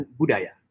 budaya